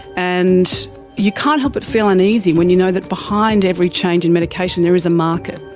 and you can't help but feel uneasy when you know that behind every change in medication there is a market,